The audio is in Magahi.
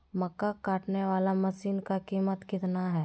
मक्का कटने बाला मसीन का कीमत कितना है?